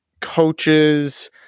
coaches